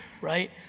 right